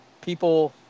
people